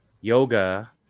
yoga